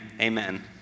Amen